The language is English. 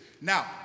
Now